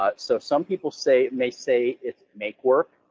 but so some people say it may say it makes work.